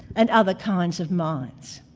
and other kinds of minds.